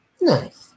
Nice